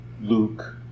Luke